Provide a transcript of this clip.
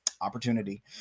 opportunity